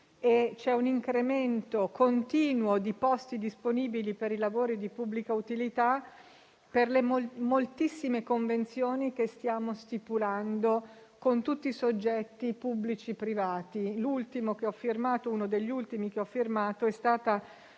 anche un incremento continuo di posti disponibili per i lavori di pubblica utilità per le moltissime convenzioni che stiamo stipulando con diversi soggetti pubblici e privati. Uno degli ultimi che ho firmato è stata